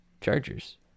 Chargers